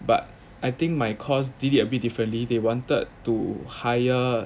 but I think my course did it a bit differently they wanted to hire